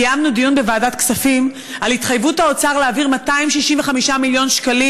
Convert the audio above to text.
קיימנו דיון בוועדת הכספים על התחייבות האוצר להעביר 265 מיליון שקלים